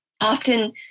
often